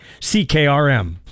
CKRM